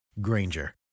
Granger